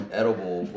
edible